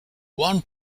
one